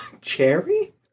cherry